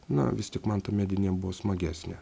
na vis tik man ta medinė buvo smagesnė